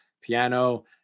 Piano